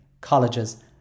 colleges